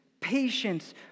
patience